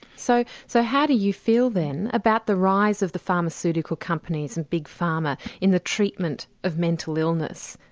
so so how do you feel then about the rise of the pharmaceutical companies and big pharma, in the treatment of mental illness?